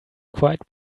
quite